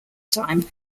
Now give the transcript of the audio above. time